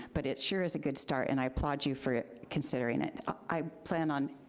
but it sure is a good start and i applaud you for it, considering it. i plan on,